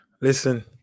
Listen